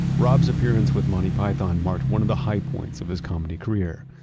rob's appearance with monte python marked one of the high points of his comedy career.